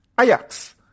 Ajax